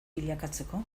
bilakatzeko